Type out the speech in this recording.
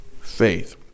faith